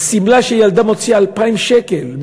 שילדה מוציאה על שמלה 2,000 שקל.